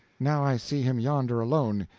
now i see him yonder alone,